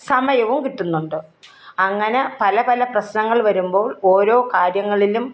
സമയവും കിട്ടുന്നുണ്ട് അങ്ങനെ പല പല പ്രശ്നങ്ങൾ വരുമ്പോൾ ഓരോ കാര്യങ്ങളിലും